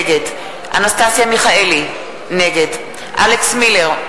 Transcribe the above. נגד אנסטסיה מיכאלי, נגד אלכס מילר,